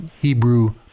Hebrew